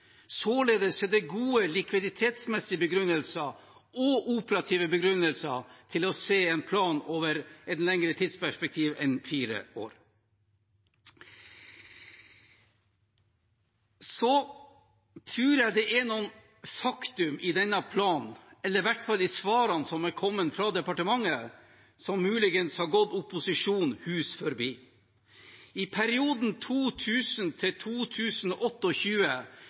Således er det gode likviditetsmessige og operative begrunnelser for å se en plan over et lengre tidsperspektiv enn fire år. Så tror jeg det er noen fakta i denne planen, eller i hvert fall i svarene som er kommet fra departementet, som muligens har gått opposisjonen hus forbi. I perioden